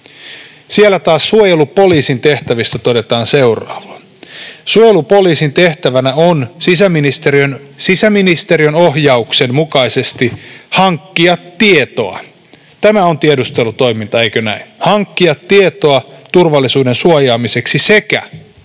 Siellä taas suojelupoliisin tehtävistä todetaan seuraavaa: ”Suojelupoliisin tehtävänä on sisäministeriön ohjauksen mukaisesti hankkia tietoa” — tämä on tiedustelutoimintaa, eikö näin? — ”turvallisuuden suojaamiseksi sekä”